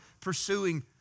pursuing